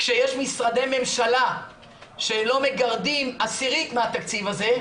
כשיש משרדי ממשלה שלא מגרדים 1/10 מהתקציב הזה,